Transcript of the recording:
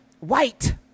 white